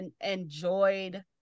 enjoyed